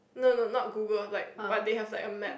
no no not Google like but they have like a map